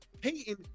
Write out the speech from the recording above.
Peyton